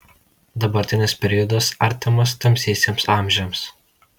dabartinis periodas artimas tamsiesiems amžiams